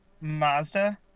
Mazda